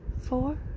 four